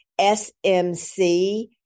SMC